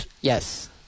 Yes